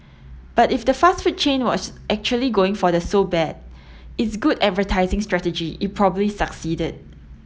but if the fast food chain was actually going for the so bad it's good advertising strategy it probably succeeded